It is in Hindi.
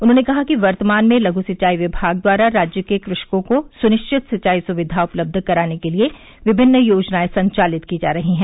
उन्होंने कहा कि वर्तमान में लघु सिंचाई विभाग द्वारा राज्य के कृषकों को सुनिश्चित सिंचाई सुविधा उपलब्ध कराने के लिये विभिन्न योजनाए संचालित की जा रही हैं